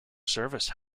service